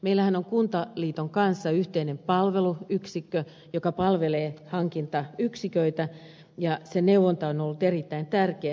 meillähän on kuntaliiton kanssa yhteinen palveluyksikkö joka palvelee hankintayksiköitä ja se neuvonta on ollut erittäin tärkeää